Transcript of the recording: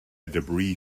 debris